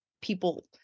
people